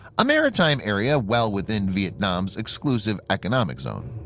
a maritime area well within vietnam's exclusive economic zone